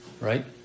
Right